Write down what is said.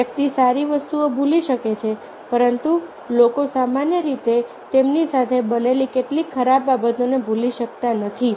વ્યક્તિ સારી વસ્તુઓ ભૂલી શકે છે પરંતુ લોકો સામાન્ય રીતે તેમની સાથે બનેલી કેટલીક ખરાબ બાબતોને ભૂલી શકતા નથી